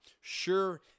Sure